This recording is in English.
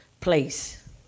place